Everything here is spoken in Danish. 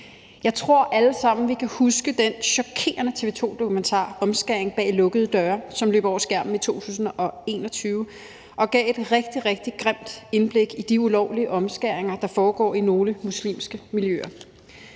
Jeg tror, vi alle sammen kan huske den chokerende TV 2-dokumentar »Omskæring bag lukkede døre«, som løb over skærmen i 2021, og som gav et rigtig, rigtig grimt indblik i de ulovlige omskæringer, der foregår i nogle muslimske miljøer.